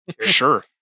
Sure